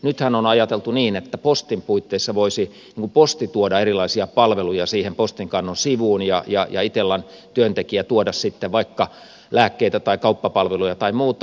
nythän on ajateltu niin että posti voisi tuoda erilaisia palveluja siihen postinkannon sivuun ja itellan työntekijä tuoda sitten vaikka lääkkeitä tai kauppapalveluja tai muuta